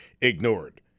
ignored